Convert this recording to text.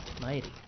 Mighty